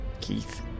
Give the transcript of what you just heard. Keith